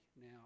now